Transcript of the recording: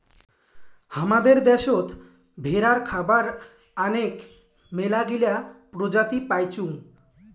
হামাদের দ্যাশোত ভেড়ার খাবার আনেক মেলাগিলা প্রজাতি পাইচুঙ